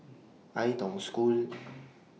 Ai Tong School